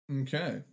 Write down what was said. okay